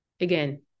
again